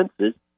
senses